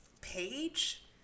page